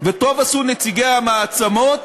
וטוב עשו נציגי המעצמות